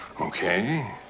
Okay